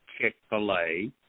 Chick-fil-A